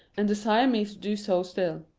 and the siamese do so still.